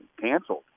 canceled